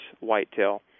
whitetail